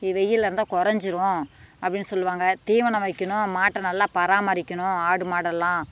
இ வெயில் இருந்தால் குறஞ்சிரும் அப்படின்னு சொல்லுவாங்க தீவனம் வைக்கணும் மாட்டை நல்லா பராமரிக்கணும் ஆடு மாடெல்லாம்